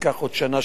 ייקח עוד שנה,